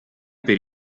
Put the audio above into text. per